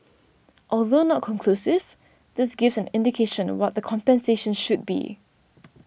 although not conclusive this gives an indication what the compensation should be